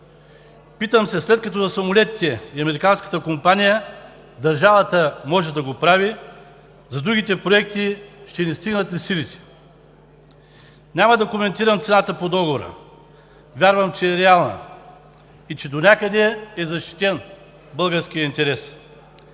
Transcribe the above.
Питам се: след като за самолетите и американската компания държавата може да го прави, за другите проекти ще ни стигнат ли силите? Няма да коментирам цената по договора. Вярвам, че е реална и че донякъде е защитен българският интерес.